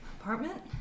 Apartment